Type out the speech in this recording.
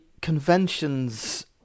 conventions